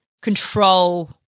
control